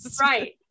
Right